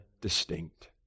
distinct